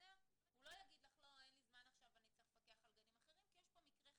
הוא לא יגיד לך שאין לו זמן כי יש פה מקרה חירום,